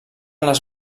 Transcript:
les